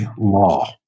law